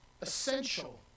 essential